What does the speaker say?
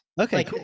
okay